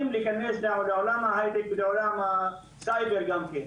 להיכנס לעולם ההיי טק ולעולם הסייבר גם כן.